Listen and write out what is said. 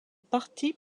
parties